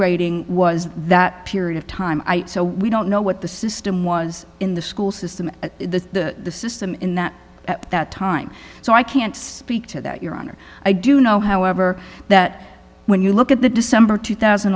writing was that period of time so we don't know what the system was in the school system the system in that at that time so i can't speak to that your honor i do know however that when you look at the december two thousand